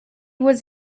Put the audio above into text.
was